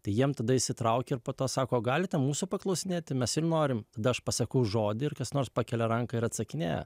tai jiem tada įsitraukia ir po to sakoo galite mūsų paklausinėt tai mes ir norim dar pasakau žodį ir kas nors pakelia ranką ir atsakinėja